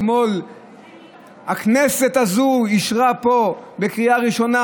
אתמול הכנסת הזו אישרה פה בקריאה ראשונה